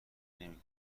نمی